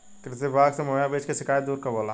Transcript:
कृषि विभाग से मुहैया बीज के शिकायत दुर कब होला?